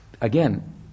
again